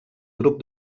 grup